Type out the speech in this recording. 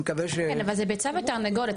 כן, אבל זה ביצה ותרנגולת.